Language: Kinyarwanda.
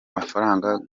mafaranga